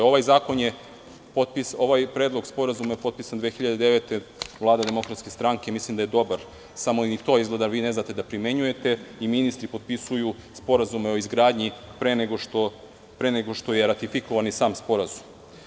Ovaj Predlog sporazuma je potpisan 2009. godine, Vlada DS, i mislim da je dobar, samo vi izgleda ni to ne znate da primenjujete i ministri potpisuju sporazume o izgradnji pre nego što je ratifikovan i sam sporazum.